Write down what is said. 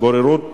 (בוררות חובה)